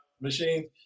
machine